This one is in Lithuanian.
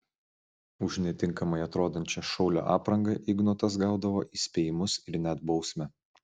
už netinkamai atrodančią šaulio aprangą ignotas gaudavo įspėjimus ir net bausmę